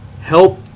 help